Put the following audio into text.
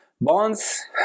bonds